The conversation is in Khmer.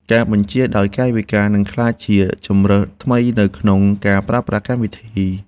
ការបញ្ជាដោយកាយវិការ អាចនឹងក្លាយជាជម្រើសថ្មីនៅក្នុងការប្រើប្រាស់កម្មវិធី។